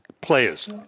players